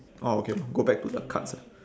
orh okay go back to the cards ah